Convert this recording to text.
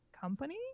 company